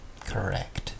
Correct